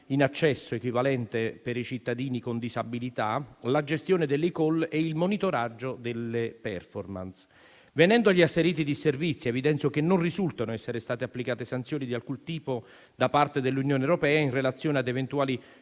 in accesso equivalente per i cittadini con disabilità, la gestione dell'*eCall* e il monitoraggio delle *performance*. Venendo agli asseriti disservizi, evidenzio che non risultano essere state applicate sanzioni di alcun tipo da parte dell'Unione europea in relazione ad eventuali